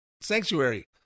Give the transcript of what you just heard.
sanctuary